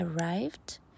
arrived